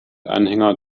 anhänger